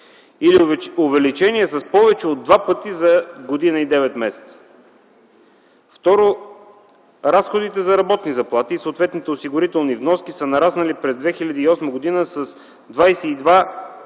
или увеличение с повече от два пъти за една година и девет месеца. Второ, разходите за работни заплати и съответните осигурителни вноски са нараснали през 2008 г. с 22 млн.